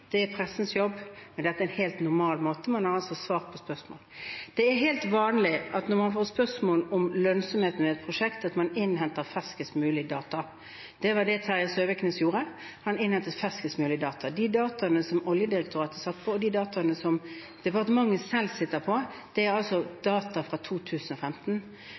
er pressens jobb, men dette er helt normalt, og man har svart på spørsmål. Det er helt vanlig, når man får spørsmål om lønnsomheten i et prosjekt, at man innhenter ferskest mulige data. Det var det Terje Søviknes gjorde. Han innhentet ferskest mulige data. De dataene som Oljedirektoratet satt på, er de dataene som departementet selv sitter på. Det er altså data fra 2015.